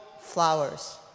flowers